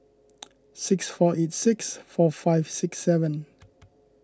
six four eight six four five six seven